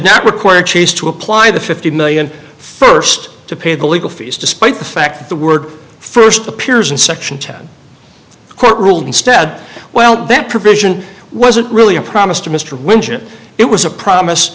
not require cheese to apply the fifty million first to pay the legal fees despite the fact that the word first appears in section ten court ruled instead well that provision wasn't really a promise to mr winship it was a promise